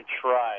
try